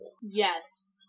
Yes